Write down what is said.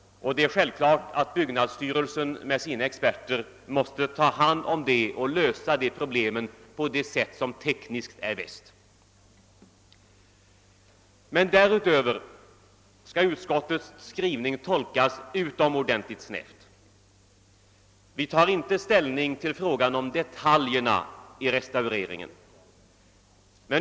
Det är självklart att byggnadsstyrelsen med sina experter måste ta hand om den här saken och lösa dessa problem på det sätt som tekniskt är bäst. Men därutöver skall utskottets skrivning tolkas utomordentligt snävt. Vi tar inte ställning till frågan om detaljerna i restaureringen.